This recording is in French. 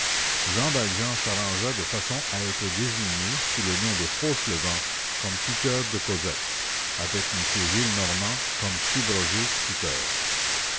jean valjean s'arrangea de façon à être désigné sous le nom de fauchelevent comme tuteur de cosette avec m gillenormand comme subrogé tuteur